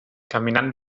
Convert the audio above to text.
caminant